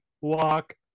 walk